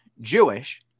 Jewish